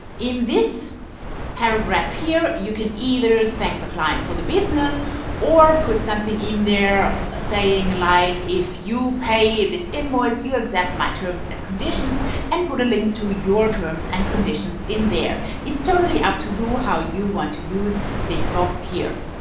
in this box here, you can either thank the client for the business or put something in there saying like if you pay this invoice, you accept my terms and conditions' and put a link to your terms and conditions in there. it's totally up to you how you want to use this box here.